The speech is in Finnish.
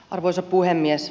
arvoisa puhemies